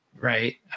right